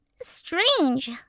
Strange